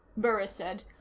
burris said.